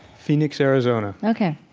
phoenix, arizona ok.